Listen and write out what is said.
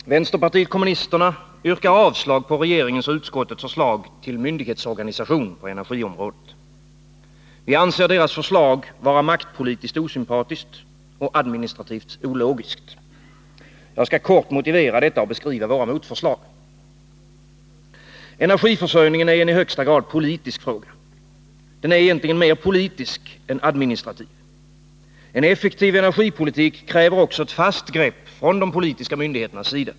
Herr talman! Vänsterpartiet kommunisterna yrkar avslag på regeringens och utskottets förslag till myndighetsorganisation på energiområdet. Vi anser deras förslag vara maktpolitiskt osympatiskt och administrativt ologiskt. Jag skall kort motivera detta och beskriva våra motförslag. Energiförsörjningen är en i högsta grad politisk fråga. Den är egentligen mer politisk än administrativ. En effektiv energipolitik kräver också ett fast grepp från de politiska myndigheternas sida.